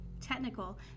technical